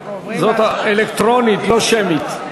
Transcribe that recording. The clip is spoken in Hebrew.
זאת, אלקטרונית, לא שמית.